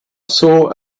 saw